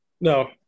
No